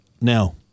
Now